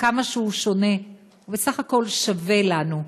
וכמה שהוא שונה, הוא בסך הכול שווה לנו,